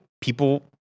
people